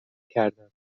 کردم